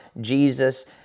Jesus